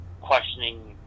questioning